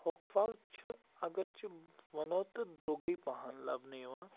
ہوٚکھ پھَل چھِ اگرچہِ وَنَو تہٕ درٛۅگٕے پَہَم لَبنہٕ یِوان